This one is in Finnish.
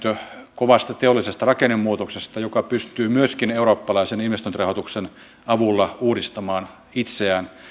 kovasta teollisesta rakennemuutoksesta ja joka myöskin pystyy eurooppalaisen investointirahoituksen avulla uudistamaan itseään